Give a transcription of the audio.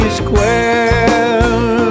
square